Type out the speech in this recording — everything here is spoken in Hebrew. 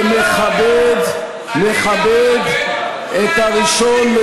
ומכבד את הראשון לציון,